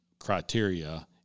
criteria